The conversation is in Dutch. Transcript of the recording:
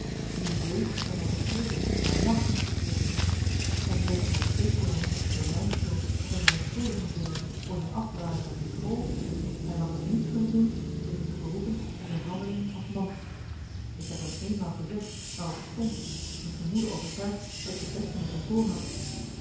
wie wéét dat hij verkeerd doet màg niet verkeerd doen en moge mijn scheepsjongen door mijn schuld een verontschuldiging vinden voor zijn afdwalingen op de school hij mag dat niet kunnen doen door zich te beroepen op mijn handelingen als man ik heb hem eenmaal gezegd waarop het stond in gemoede overtuigd dat ik het beste met hem voor had